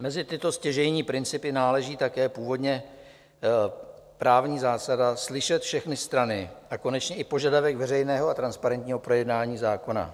Mezi tyto stěžejní principy náleží také původně právní zásada slyšet všechny strany a konečně i požadavek veřejného a transparentního projednání zákona.